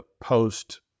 post